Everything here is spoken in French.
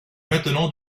maintenant